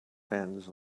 fans